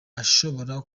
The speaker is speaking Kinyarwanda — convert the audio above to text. ashobora